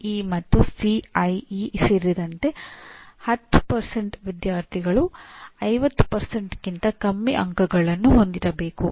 EE ಸೇರಿದಂತೆ 10 ವಿದ್ಯಾರ್ಥಿಗಳು 50ಕ್ಕಿಂತ ಕಡಿಮೆ ಅಂಕಗಳನ್ನು ಹೊಂದಿರಬೇಕು